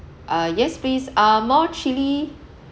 uh yes please uh more chilli